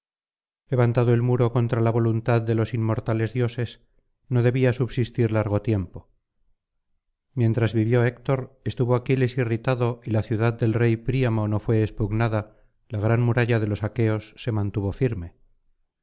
levantado el muro contra la voluntad de los inmortales dioses no debía subsistir largo tiempo mientras vivió héctor estuvo aquiles irritado y la ciudad del rey príamo no fué expugnada la gran muralla de los aqueos se mantuvo firme